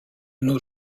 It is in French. nos